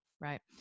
right